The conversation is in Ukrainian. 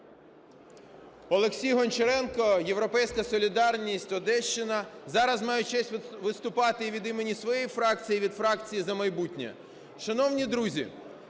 Олексій Гончаренко, "Європейська солідарність", Одещина. Зараз маю честь виступати і від імені своєї фракції, і від фракції "За майбутнє". Шановні друзі,